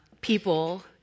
people